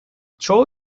çoğu